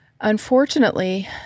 unfortunately